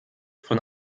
von